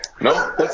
No